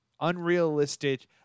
unrealistic